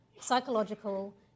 psychological